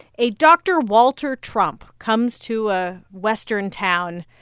a dr. walter trump comes to a western town.